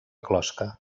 closca